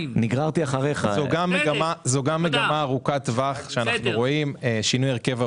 מגמה ארוכת טווח שאנחנו רואים היא שינוי הרכב האוכלוסייה.